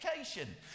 education